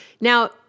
Now